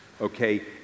okay